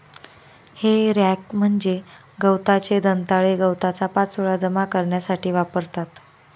हे रॅक म्हणजे गवताचे दंताळे गवताचा पाचोळा जमा करण्यासाठी वापरतात